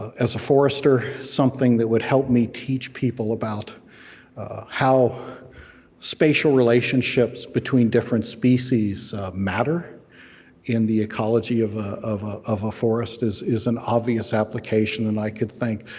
as a forester, something that would help me teach people about how spatial relationships between different species matter in the ecology of ah of ah a forest is is an obvious application. and i can think,